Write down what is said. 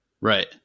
Right